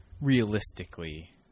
realistically